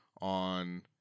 on